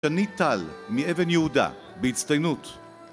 שני טל מאבן יהודה בהצטיינות